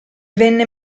venne